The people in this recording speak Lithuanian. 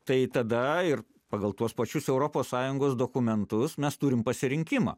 tai tada ir pagal tuos pačius europos sąjungos dokumentus mes turim pasirinkimą